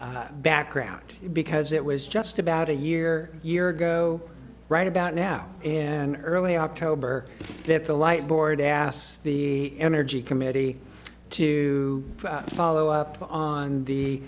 second background because it was just about a year year ago right about now and early october that the light board asked the energy committee to follow up on the